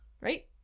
Right